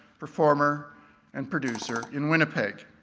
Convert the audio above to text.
performer and producer in winnipeg.